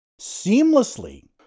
seamlessly